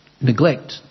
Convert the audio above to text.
neglect